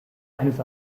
eines